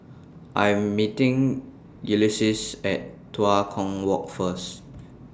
I Am meeting Ulises At Tua Kong Walk First